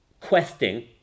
questing